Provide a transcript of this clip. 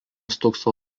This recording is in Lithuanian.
stūkso